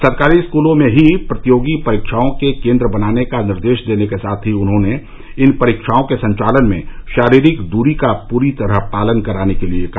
सरकारी स्कूलों में ही प्रतियोगी परीक्षाओं के केन्द्र बनाने का निर्देश देने के साथ उन्होने इन परीक्षाओं के संचालन में शारीरिक दूरी का पूरी तरह पालन कराने के लिए कहा